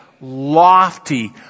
lofty